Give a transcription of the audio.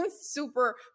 super